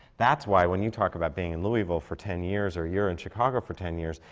that's why, when you talk about being in louisville for ten years, or you're in chicago for ten years,